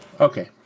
Okay